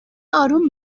آروم